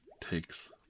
takes